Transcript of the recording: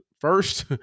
first